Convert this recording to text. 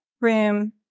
room